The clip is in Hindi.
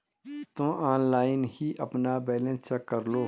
तुम ऑनलाइन ही अपना बैलन्स चेक करलो